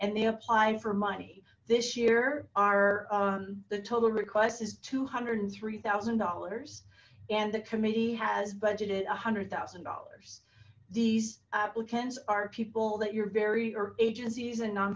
and they applied for money this year are the total request is two hundred and three thousand dollars and the committee has budgeted a hundred thousand dollars these applicants are people that you're very or agencies and